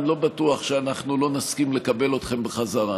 אני לא בטוח שאנחנו לא נסכים לקבל אתכם בחזרה.